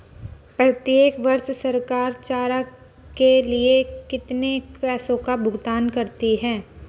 प्रत्येक वर्ष सरकार चारा के लिए कितने पैसों का भुगतान करती है?